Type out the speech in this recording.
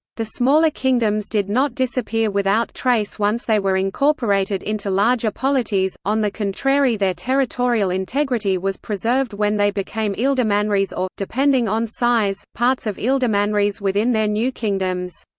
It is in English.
the smaller kingdoms did not disappear without trace once they were incorporated into larger polities on the contrary their territorial integrity was preserved when they became ealdormanries or, depending on size, parts of ealdormanries within their new kingdoms.